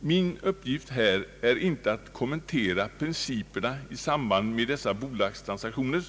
Min uppgift är inte att kommentera principerna i samband med dessa bolagstransaktioner.